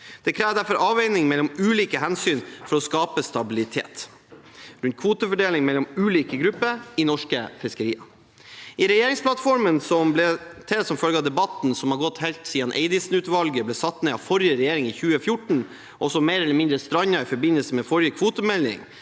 Det krever derfor avveining mellom ulike hensyn for å skape stabilitet rundt kvotefordeling mellom ulike grupper i norske fiskerier. I regjeringsplattformen ble det som følge av debatten som har gått siden Eidesen-utvalget ble satt ned av forrige regjering i 2014, og som mer eller mindre strandet i forbindelse med forrige kvotemelding